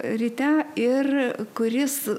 ryte ir kuris